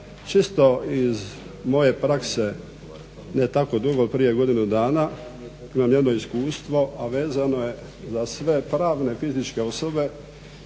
često iz moje prakse, ne tako dugo prije godinu dana imaj jedno iskustvo, a vezano je za sve pravne, fizičke osobe